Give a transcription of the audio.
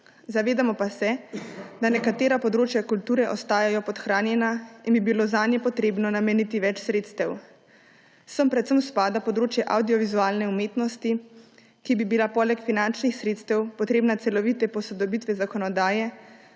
Zavedamo pa se, da nekatera področja kulture ostajajo podhranjena in bi bilo zanje potrebno nameniti več sredstev. Sem predvsem spada področje avdiovizualne umetnosti, ki bi bila poleg finančnih sredstev potrebna celovite posodobitve zakonodaje,